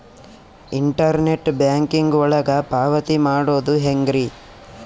Internet banking ಒಳಗ ಪಾವತಿ ಮಾಡೋದು ಹೆಂಗ್ರಿ?